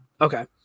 Okay